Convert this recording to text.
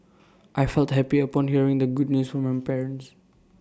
I felt happy upon hearing the good news from my parents